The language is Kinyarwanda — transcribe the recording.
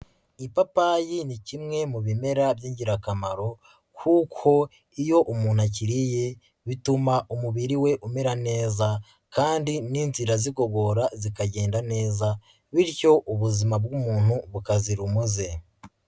Ipapayi ni kimwe mu bimera by'ingirakamaro kuko iyo umuntu akiriye bituma umubiri we umera neza kandi n'inzira z'igogora zikagenda neza bityo ubuzima bw'umuntu bukazira umuze.